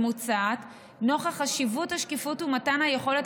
היא מוצעת "נוכח חשיבות השקיפות ומתן היכולת